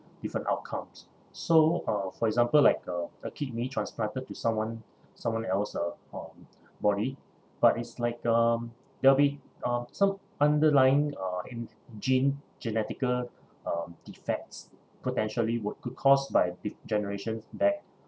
different outcomes so uh for example like uh a kidney transplanted to someone someone else uh um body but it's like uh there will be uh some underlying uh in gene genetical um defects potentially would could caused by the generations back